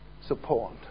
support